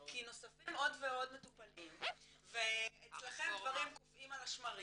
כי נוספים עוד ועוד מטופלים ואצלכם דברים קופאים על שמרים,